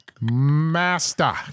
Master